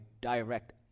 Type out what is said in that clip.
direct